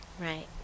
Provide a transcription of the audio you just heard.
Right